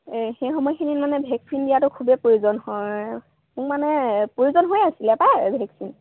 এই সেই সময়খিনিত মানে ভেকচিন দিয়াতটো খুবেই প্ৰয়োজন হয় মোক মানে প্ৰয়োজন হৈ আছিলে পায় ভেকচিন